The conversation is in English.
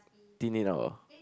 thin it out ah